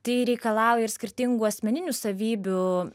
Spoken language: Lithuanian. tai reikalauja ir skirtingų asmeninių savybių